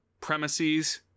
premises